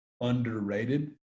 underrated